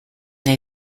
they